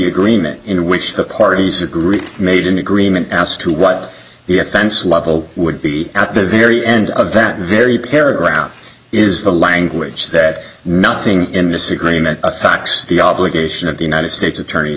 agreement in which the parties agree made an agreement as to what the offense level would be at the very end of that very paragraph is the language that nothing in this agreement a fact the obligation of the united states attorney's